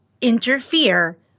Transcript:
interfere